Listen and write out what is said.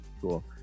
Cool